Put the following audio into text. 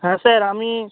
হ্যাঁ স্যার আমি